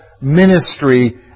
ministry